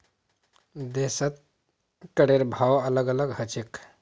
देशत करेर भाव अलग अलग ह छेक